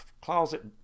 closet